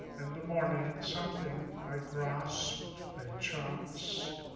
the morning, and something i grasped by chance,